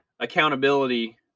accountability